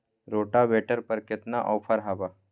Rotavator पर केतना offer हव?